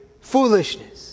foolishness